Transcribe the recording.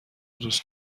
دوست